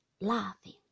laughing